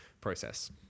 process